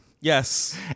Yes